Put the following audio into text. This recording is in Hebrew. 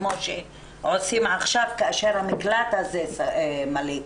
כמו שעושים עכשיו כאשר המקלט הזה מלא.